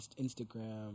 Instagram